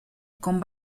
con